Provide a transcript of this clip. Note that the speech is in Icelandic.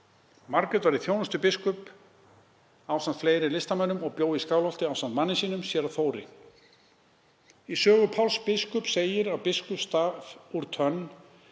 Margrét var í þjónustu biskups ásamt fleiri listamönnum og bjó í Skálholti ásamt manni sínum, séra Þóri. Í sögu Páls biskups segir um biskupsstaf af tönn,